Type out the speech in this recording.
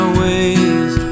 ways